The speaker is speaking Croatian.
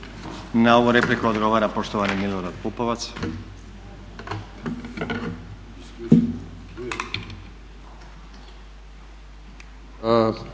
Na ovu repliku odgovara poštovani Milorad Pupovac.